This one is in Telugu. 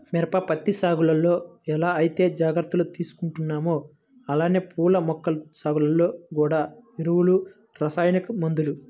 మిరప, పత్తి సాగులో ఎలా ఐతే జాగర్తలు తీసుకుంటామో అలానే పూల మొక్కల సాగులో గూడా ఎరువులు, రసాయనిక మందులు